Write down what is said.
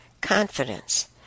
confidence